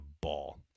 ball